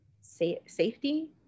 safety